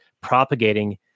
propagating